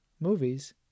movies